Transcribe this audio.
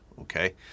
okay